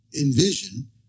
envision